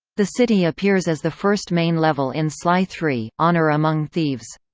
the city appears as the first main level in sly three honor among thieves.